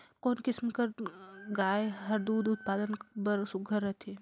कोन किसम कर गाय हर दूध उत्पादन बर सुघ्घर रथे?